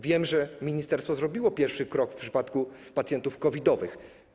Wiem, że ministerstwo zrobiło pierwszy krok w przypadku pacjentów COVID-owych.